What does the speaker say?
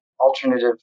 Alternative